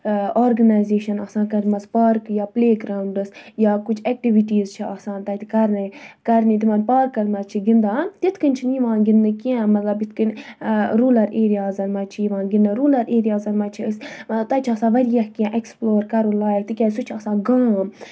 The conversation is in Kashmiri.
ٲں آرگٕنایزیشَن آسان کَرِمَژٕ پارکہٕ یا پٕلے گراونڈٕس یا کچھ ایکٹِوِٹیٖز چھِ آسان تَتہِ کَرنہِ کَرنہِ تِمَن پارکَن مَنٛز چھِ گِندان تِتھ کَنۍ چھنہٕ یِوان گِندنہٕ کیٚنٛہہ مطلب یِتھ کَنۍ رولَر ایریازَن مَنٛز چھُ یِوان گِندنہٕ رولَر ایریازن مَنٛز چھِ أسۍ تَتہِ چھِ آسان واریاہ کیٚنٛہہ ایکسپٕلور کَرُن لایَق تہِ کیازِ سُہ چھُ آسان گام